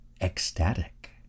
ecstatic